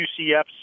UCF's